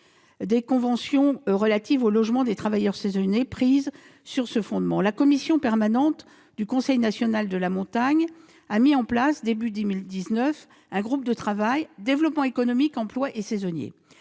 de conventions relatives au logement des travailleurs saisonniers prises sur ce fondement. La commission permanente du Conseil national de la montagne a mis en place début 2019 un groupe de travail « développement économique, emplois et saisonniers